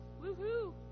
Woohoo